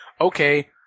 okay